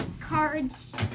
cards